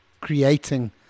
creating